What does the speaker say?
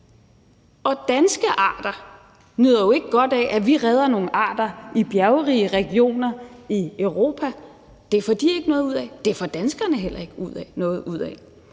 Og danske arter nyder jo ikke godt af, at vi redder nogle arter i bjergrige regioner i Europa – det får de ikke noget ud af, det får danskerne heller ikke noget ud af.